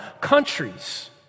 countries